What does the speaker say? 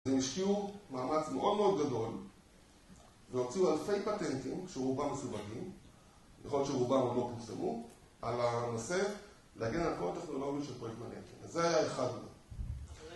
הם השקיעו מאמץ מאוד מאוד גדול, והוציאו אלפי פטנטים, שרובם מסווגים, יכול להיות שרובם הם לא פרסמו, על הנושא, להגן על כל הטכנולוגיות של פרויקט מנהטן. אז זה היה אחד